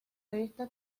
revista